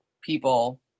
people